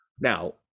Now